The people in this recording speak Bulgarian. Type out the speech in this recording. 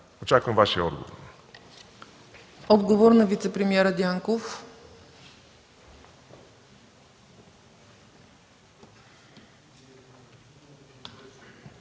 Очаквам Вашия отговор.